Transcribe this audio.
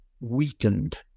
weakened